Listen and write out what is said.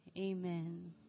Amen